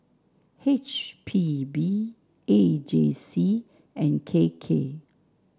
H P B A J C and K K